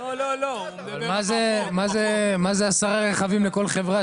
מה זה 10 רכבים לכל חברה?